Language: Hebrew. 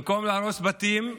במקום להרוס בתים,